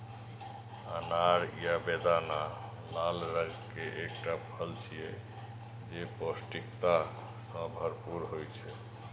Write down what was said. अनार या बेदाना लाल रंग के एकटा फल छियै, जे पौष्टिकता सं भरपूर होइ छै